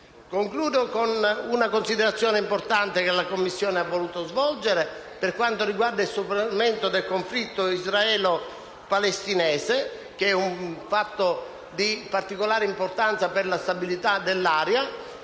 Concludo con una considerazione importante che la Commissione ha voluto svolgere per quanto riguarda il superamento del conflitto israelo-palestinese, che è un fatto di particolare importanza per la stabilità dell'area,